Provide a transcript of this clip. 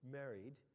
married